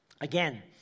Again